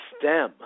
stem